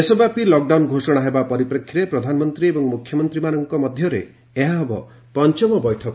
ଦେଶବ୍ୟାପୀ ଲକ୍ଡାଉନ୍ ଘୋଷଣା ହେବା ପରିପ୍ରେକ୍ଷୀରେ ପ୍ରଧାନମନ୍ତୀ ଏବଂ ମୁଖ୍ୟମନ୍ତୀମାନଙ୍କ ମଧ୍ଧରେ ଏହା ହେବ ପଞ୍ଚମ ବୈଠକ